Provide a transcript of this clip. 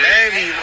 Baby